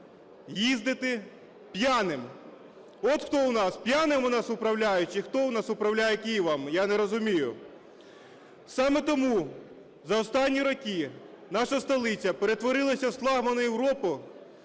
їздити п'яним. От хто у нас: п'яними у нас управляють, чи хто у нас управляє Києвом? Я не розумію. Саме тому за останні роки наша столиця перетворилася з флагмана Європи,